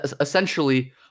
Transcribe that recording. essentially